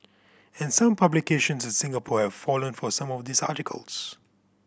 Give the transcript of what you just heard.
and some publications in Singapore have fallen for some of these articles